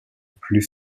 plus